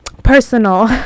personal